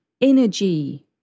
energy